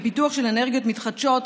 לפיתוח של אנרגיות מתחדשות,